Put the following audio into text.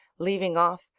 leaving off,